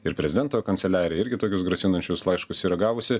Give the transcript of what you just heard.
ir prezidento kanceliarija irgi tokius grasinančius laiškus yra gavusi